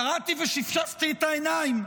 קראתי ושפשפתי את העיניים.